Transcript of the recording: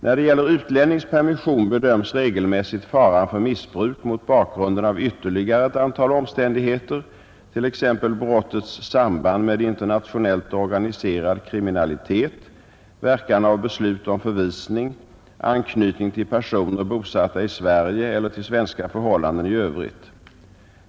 När det gäller utlännings permission bedöms regelmässigt faran för missbruk mot bakgrunden av ytterligare ett antal omständigheter, t.ex. brottets samband med internationellt organiserad kriminalitet, verkan av beslut om förvisning, anknytning till personer, bosatta i Sverige, eller till svenska förhållanden i övrigt.